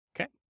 okay